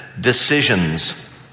decisions